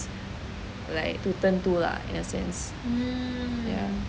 like to turn to lah in a sense ya